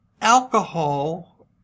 alcohol